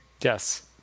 yes